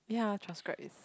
ya transcribe is